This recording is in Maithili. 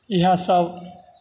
इएहसभ